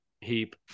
heap